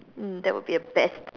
mm that would be the best